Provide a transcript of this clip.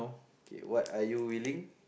okay what are you willing